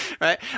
right